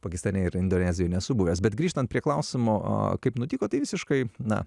pakistane ir indonezijoj nesu buvęs bet grįžtant prie klausimo kaip nutiko tai visiškai na